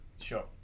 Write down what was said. Sure